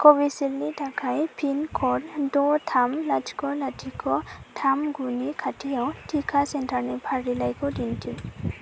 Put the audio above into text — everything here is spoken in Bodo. कविसिल्डनि थाखाय पिन क'ड द' थाम लाथिख' लाथिख' थाम गुनि खाथिआव टिका सेन्टारनि फारिलाइखौ दिन्थि